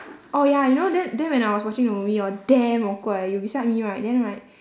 oh ya you know then then when I was watching the movie hor damn awkward eh you beside me right then right